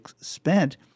spent